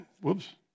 whoops